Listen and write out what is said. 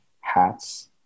hats